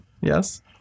Yes